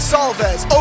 Salvez